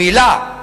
מלה.